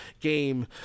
game